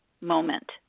moment